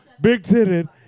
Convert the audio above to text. big-titted